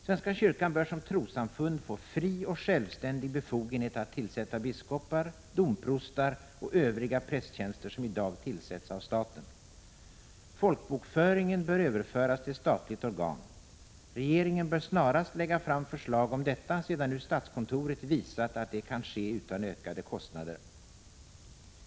Svenska kyrkan bör som trossamfund få fri och självständig befogenhet att tillsätta biskopar, domprostar och övriga prästtjänster som i dag tillsätts av staten. Folkbokföringen bör överföras till statligt organ. Regeringen bör snarast lägga fram förslag om detta, sedan statskontoret nu visat att det kan ske utan ökade kostnader.